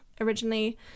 originally